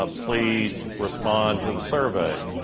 ah please respond to the survey.